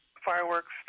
fireworks